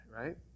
right